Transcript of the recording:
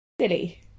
silly